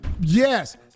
Yes